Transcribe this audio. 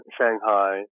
Shanghai